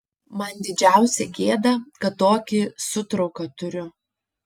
man didžiausia gėda kad tokį sūtrauką turiu